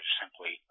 simply